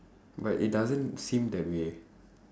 but it doesn't seem that way